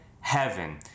heaven